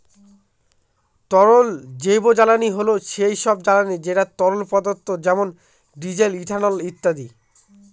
তরল জৈবজ্বালানী হল সেই সব জ্বালানি যেটা তরল পদার্থ যেমন ডিজেল, ইথানল ইত্যাদি